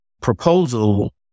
proposal